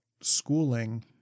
schooling